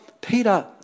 Peter